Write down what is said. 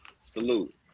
salute